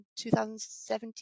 2017